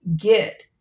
get